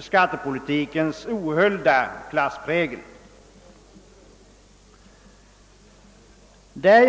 skattepolitikens ohöljda klassprägel.